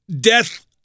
death